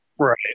Right